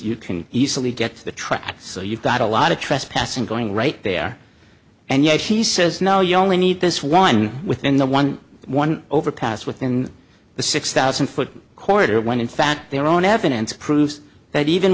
you can easily get to the track so you've got a lot of trespassing going right there and yet she says no you only need this one within the one one overpass within the six thousand foot corridor when in fact their own evidence proves that even